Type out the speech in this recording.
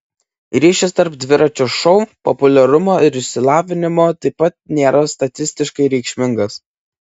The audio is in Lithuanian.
ryšys tarp dviračio šou populiarumo ir išsilavinimo taip pat nėra statistiškai reikšmingas